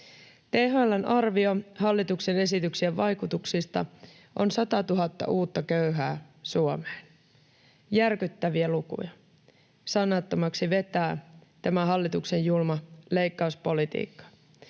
THL:n arvio hallituksen esityksien vaikutuksista on 100 000 uutta köyhää Suomeen. Järkyttäviä lukuja. Sanattomaksi vetää tämä hallituksen julma leikkauspolitiikkaa.